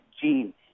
gene